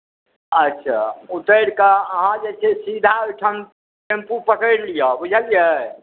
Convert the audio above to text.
अच्छा उतरि कऽ अहाँ जे छै सीधा ओहिठाम टेम्पू पकड़ि लिअ बुझलियै